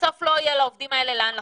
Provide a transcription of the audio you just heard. בסוף לא יהיה לעובדים האלה לאן לחזור.